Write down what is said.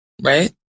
Right